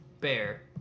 Bear